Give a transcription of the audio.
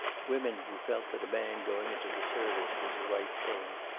women who felt that a man going into the service was a right thing.